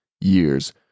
years